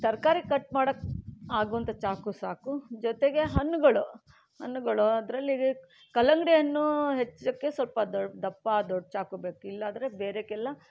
ತರಕಾರಿ ಕಟ್ ಮಾಡೋಕ್ಕೆ ಆಗುವಂಥ ಚಾಕು ಸಾಕು ಜೊತೆಗೆ ಹಣ್ಣುಗಳು ಹಣ್ಣುಗಳು ಅದರಲ್ಲಿ ಕಲ್ಲಂಗಡಿ ಹಣ್ಣು ಹೆಚ್ಚೋಕೆ ಸ್ವಲ್ಪ ದೊಡ್ಡ ದಪ್ಪ ದೊಡ್ಡ ಚಾಕು ಬೇಕು ಇಲ್ಲಾಂದ್ರೆ ಬೇರೆಕೆಲ್ಲ